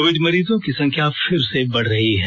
Covid मरीजों की संख्या फिर से बढ़ रही है